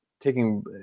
taking